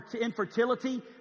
infertility